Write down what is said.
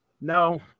No